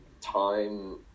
time